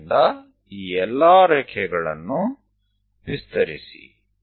ಆದ್ದರಿಂದ ಈ ಎಲ್ಲಾ ರೇಖೆಗಳನ್ನು ವಿಸ್ತರಿಸಿ